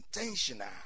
Intentional